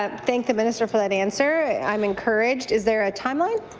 thank the minister for that answer. i'm encouraged. is there a timeline?